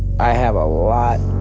i have a lot